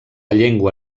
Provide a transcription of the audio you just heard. llengua